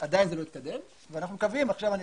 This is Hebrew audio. עדיין זה לא התקדם ואנחנו מקווים ואני